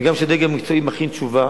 וגם כשדרג מקצועי מכין תשובה,